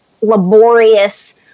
laborious